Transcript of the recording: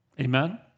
Amen